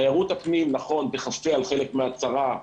תיירות הפנים נכון, תכסה על חלק מהצרה,